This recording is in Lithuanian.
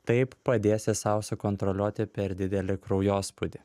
taip padėsi sau sukontroliuoti per didelį kraujospūdį